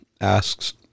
asks